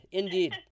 indeed